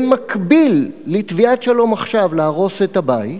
במקביל לתביעת "שלום עכשיו" להרוס את הבית,